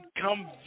come